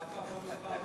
אף פעם לא מאוחר מדי.